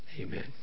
Amen